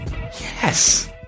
Yes